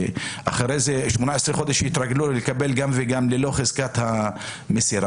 כי אחרי 18 חודש יתרגלו לקבל גם וגם ללא חזקת המסירה,